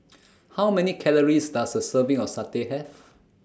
How Many Calories Does A Serving of Satay Have